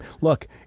Look